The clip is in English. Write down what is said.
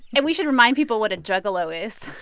and we should remind people what a juggalo is